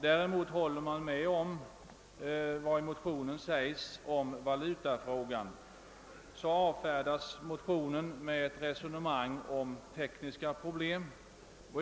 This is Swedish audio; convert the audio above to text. Däremot instämmer man i vad som i motionen uttalas om valutafrågan. Motionen avfärdas med ett resonemang om tekniska problem.